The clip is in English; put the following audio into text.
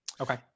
Okay